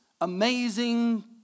amazing